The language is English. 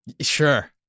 Sure